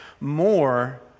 More